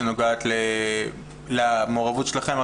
שנוגעת למעורבות שלכם,